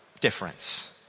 difference